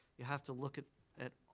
you have to look at at